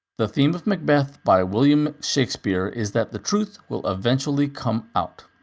the theme of macbeth by william shakespeare is that the truth will eventually come out.